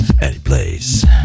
anyplace